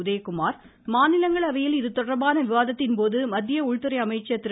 உதயகுமார் மாநிலங்களவையில் இதுதொடர்பான விவாதத்தின்போது மத்திய உள்துறை அமைச்சர் திரு